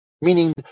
meaning